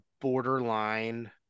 borderline